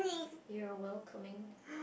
you're welcoming